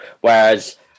Whereas